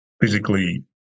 physically